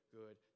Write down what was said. good